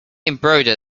embroider